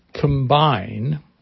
combine